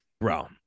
bro